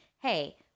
Hey